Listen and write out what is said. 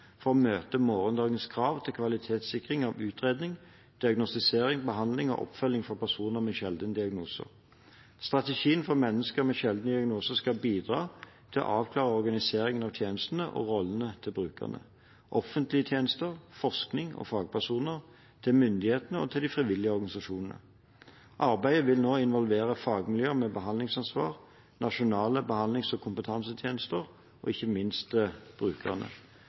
for å møte morgendagens krav til kvalitetssikring og utredning, diagnostisering, behandling og oppfølging for personer med sjeldne diagnoser. Strategien for mennesker med sjeldne diagnoser skal bidra til å avklare organiseringen av tjenestene og rollene til brukerne, offentlige tjenester, forskning og fagpersoner, til myndighetene og til de frivillige organisasjonene. Arbeidet vil nå involvere fagmiljøer med behandlingsansvar, nasjonale behandlings- og kompetansetjenester og ikke minst brukerne.